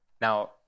Now